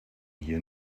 hier